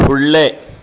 फुडलें